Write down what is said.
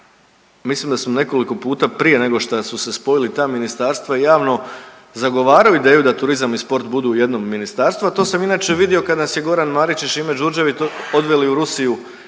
mislim da su nekoliko puta prije nego šta su se spojili ta ministarstva javno zagovarao ideju da turizam i sport budu u jednom ministarstvu, a to sam inače vidio kad nas je Goran Marić i Šime Đurđević odveli u Rusiju